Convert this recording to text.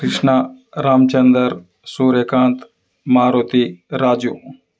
Krishna Ramchander Suryakant Maruti Raju